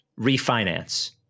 refinance